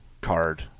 card